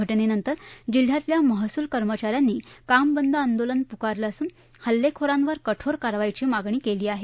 घ िनंतर जिल्ह्यातल्या महसूल कर्मचाऱ्यांनी कामबंद आंदोलन पुकारलं असून हल्लेखोरांवर कठोर कारवाईची मागणी केली आहे